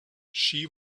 she